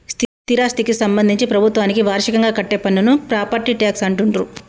స్థిరాస్థికి సంబంధించి ప్రభుత్వానికి వార్షికంగా కట్టే పన్నును ప్రాపర్టీ ట్యాక్స్ అంటుండ్రు